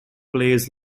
plays